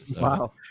Wow